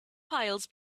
files